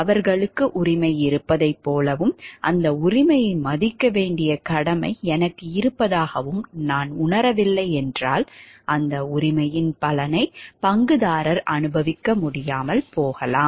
அவர்களுக்கு உரிமை இருப்பதைப் போலவும் அந்த உரிமையை மதிக்க வேண்டிய கடமை எனக்கு இருப்பதாகவும் நான் உணரவில்லை என்றால் அந்த உரிமையின் பலனை பங்குதாரர் அனுபவிக்க முடியாமல் போகலாம்